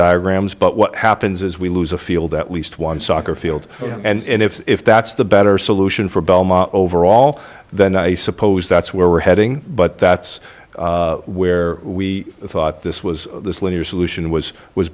diagrams but what happens is we lose a field at least one soccer field and if that's the better solution for belmont overall then i suppose that's where we're heading but that's where we thought this was this linear solution was was